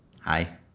Hi